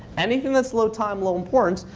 anything that's low time, low importance,